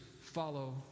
follow